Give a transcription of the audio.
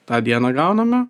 tą dieną gauname